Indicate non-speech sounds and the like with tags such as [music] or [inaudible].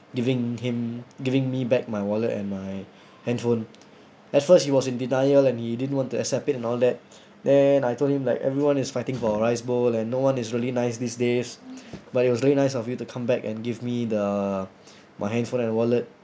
giving him giving me back my wallet and my handphone at first he was in denial and he didn't want to accept it and all that then I told him like everyone is fighting for a rice bowl and no one is really nice these days [breath] but it was really nice of you to come back and give me the [breath] my handphone and wallet